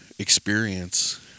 experience